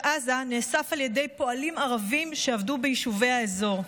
עזה נאסף על ידי פועלים ערבים שעבדו ביישובי האזור.